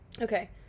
Okay